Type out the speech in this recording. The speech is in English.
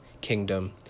kingdom